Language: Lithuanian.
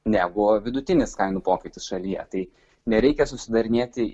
negu vidutinis kainų pokytis šalyje tai nereikia susidarinėti